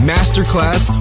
Masterclass